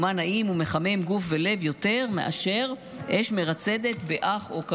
ומה נעים ומחמם גוף ולב יותר מאשר אש מרצדת באח או קמין.